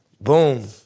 Boom